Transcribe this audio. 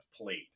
played